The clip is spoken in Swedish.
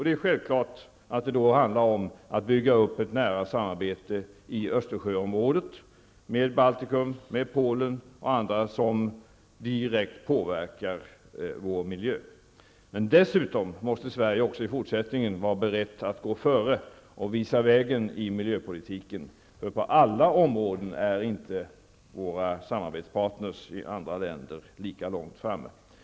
Det är självklart att det då handlar om att bygga upp ett nära samarbete i Östersjöområdet, med Baltikum, med Polen och med andra som direkt påverkar vår miljö. Dessutom måste Sverige också i fortsättningen vara berett att gå före och visa vägen i miljöpolitiken, då våra samarbetspartner i andra länder inte är lika långt framme på alla områden.